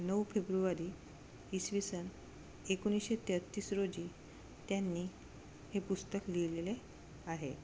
नऊ फेब्रुवारी इसवी सन एकोणीसशे तेहतीस रोजी त्यांनी हे पुस्तक लिहिले आहे